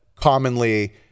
commonly